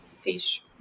fish